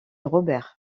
robert